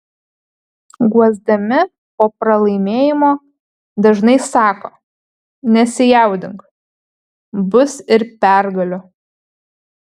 guosdami po pralaimėjimo dažnai sako nesijaudink bus ir pergalių